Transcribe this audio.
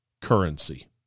currency